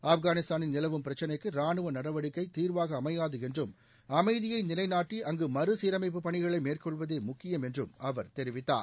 ஆப்கானிஸ்தானில் நிலவும் பிரச்சினைக்கு ராணுவ நடவடிக்கை தீர்வாக அமையாது என்றும் அமைதியை நிலைநாட்டி அங்கு மறுசீரமைப்பு பணிகளை மேற்கொள்வதே முக்கியம் என்றும் அவர் தெரிவித்தார்